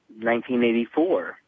1984